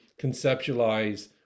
conceptualize